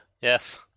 Yes